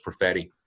Profetti